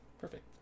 Perfect